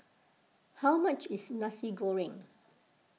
how much is Nasi Goreng